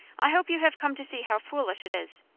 i hope you have come to see how foolish it is.